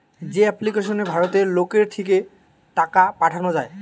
যে এপ্লিকেশনে ভারতের লোকের থিকে টাকা পাঠানা যায়